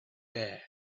there